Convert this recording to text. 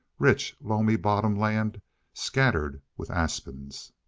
rich, loamy bottom land scattered with aspens.